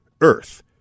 Earth